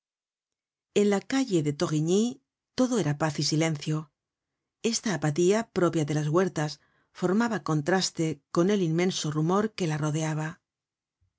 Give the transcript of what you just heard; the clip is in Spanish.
en la calle de thorigny todo era paz y silencio esta apatía propia de las huertas formaba contraste con el inmenso rumor que la rodeaba